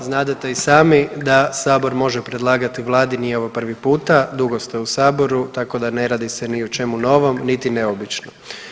Kolega Bauk, znadete i sami da sabor može predlagati vladi, nije ovo prvi puta dugo ste u saboru tako da ne radi se ni o čemu novom niti neobičnom.